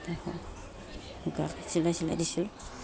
চিলাই চিলাই দিছিলোঁ